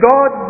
God